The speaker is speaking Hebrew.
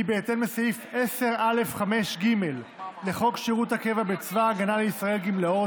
כי בהתאם לסעיף 10(א)(5)(ג) לחוק שירות הקבע בצבא הגנה לישראל (גמלאות),